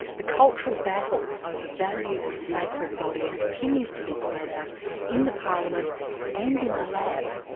the cultural battle over values and sacred bodies continues to be played out in the parliament and in the lab.